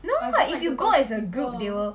no what if you go as a group they will